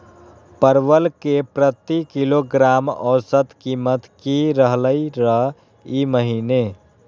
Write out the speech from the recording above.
परवल के प्रति किलोग्राम औसत कीमत की रहलई र ई महीने?